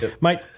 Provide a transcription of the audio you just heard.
Mate